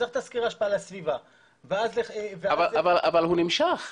צריך תסקיר השפעה על הסביבה --- אבל הוא נמשך.